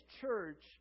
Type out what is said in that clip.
church